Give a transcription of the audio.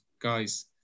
guys